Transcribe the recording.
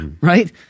right